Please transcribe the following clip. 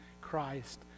Christ